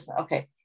okay